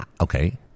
okay